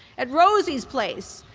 at rosie's place,